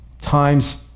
times